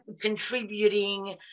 contributing